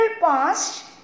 past